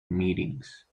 meetings